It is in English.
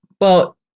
Well-